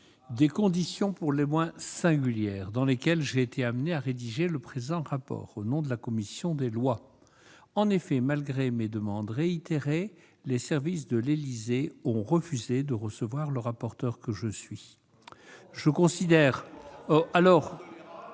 des conditions pour le moins singulières dans lesquelles j'ai été amené à rédiger mon rapport pour avis au nom de la commission des lois. En effet, malgré mes demandes réitérées, les services de l'Élysée ont refusé de recevoir le rapporteur que je suis ! Intolérable ! Or